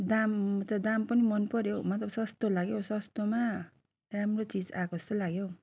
दाम त दाम पनि मनपऱ्यो मतलब सस्तो लाग्यो सस्तोमा राम्रो चिज आएको जस्तो लाग्यो हौ